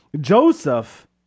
joseph